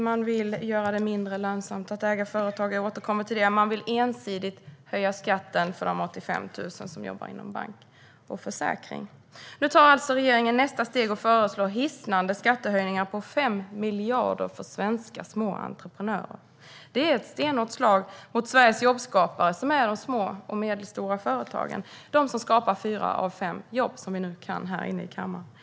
Man vill göra det mindre lönsamt att äga företag - jag återkommer till det - och man vill ensidigt höja skatten för de 85 000 som jobbar inom bank och försäkring. Nu tar regeringen nästa steg och föreslår hisnande skattehöjningar på 5 miljarder för svenska små entreprenörer. Det är ett stenhårt slag mot Sveriges jobbskapare, de små och medelstora företagen. Det är de som skapar fyra av fem jobb, vilket vi i kammaren nu vet.